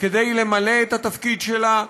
כדי למלא את התפקיד שלה,